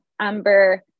Amber